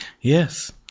Yes